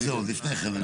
אז עוד לפני כן,